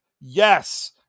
yes